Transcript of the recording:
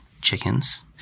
chickens